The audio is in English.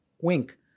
Wink